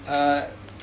uh